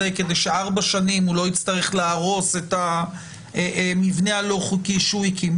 כדי שיוכל במשך ארבע שנים לא להרוס את המבנה הלא חוקי שהוא הקים,